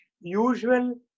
usual